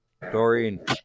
Doreen